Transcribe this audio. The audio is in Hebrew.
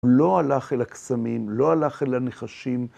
לא הלך אל הקסמים, לא הלך אל הנחשים.